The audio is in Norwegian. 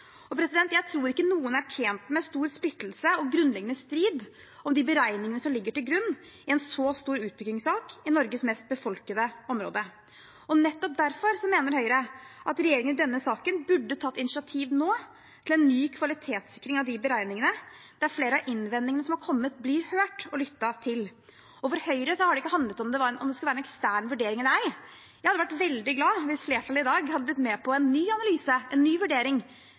Jeg tror ikke noen er tjent med stor splittelse og grunnleggende strid om de beregningene som ligger til grunn i en så stor utbyggingssak i Norges mest befolkede område. Nettopp derfor mener Høyre at regjeringen i denne saken nå burde tatt initiativ til en ny kvalitetssikring av de beregningene, der flere av innvendingene som har kommet, blir hørt og lyttet til. For Høyre har det ikke handlet om hvorvidt det skulle være en ekstern vurdering eller ei. Jeg hadde vært veldig glad hvis flertallet i dag hadde blitt med på en ny analyse og en ny vurdering,